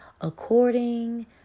according